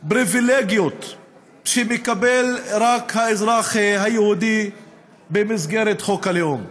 פריבילגיות שמקבל רק האזרח היהודי במסגרת חוק הלאום,